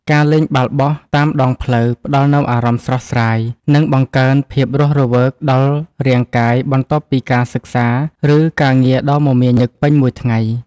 ការលេងបាល់បោះតាមដងផ្លូវផ្ដល់នូវអារម្មណ៍ស្រស់ស្រាយ និង បង្កើនភាពរស់រវើកដល់រាងកាយបន្ទាប់ពីការសិក្សាឬការងារដ៏មមាញឹកពេញមួយថ្ងៃ។